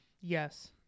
Yes